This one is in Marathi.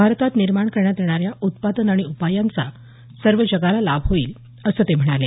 भारतात निर्माण करण्यात येणाऱ्या उत्पादन आणि उपायांचा सर्व जगाला लाभ होईल असं ते म्हणाले